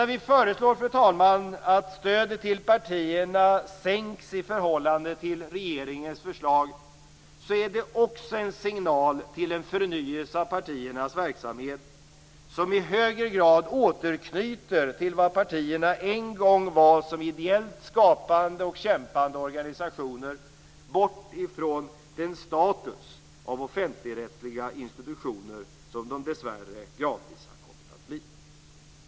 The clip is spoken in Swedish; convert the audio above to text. När vi föreslår, fru talman, att stödet till partierna sänks i förhållande till regeringens förslag är det också en signal till en förnyelse av partiernas verksamhet som i högre grad återknyter till vad partierna en gång var som ideellt skapande och kämpande organisationer, bort från den status av offentligrättsliga institutioner som de dessvärre gradvis har kommit att bli.